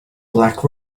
black